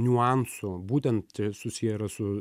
niuansų būtent susiję yra su